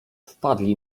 wpadli